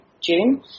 June